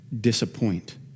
disappoint